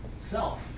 self